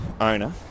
owner